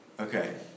Okay